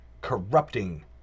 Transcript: corrupting